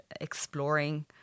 exploring